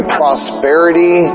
prosperity